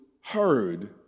heard